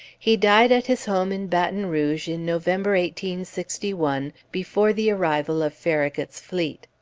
he died at his home in baton rouge in november, sixty one, before the arrival of farragut's fleet.